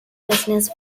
business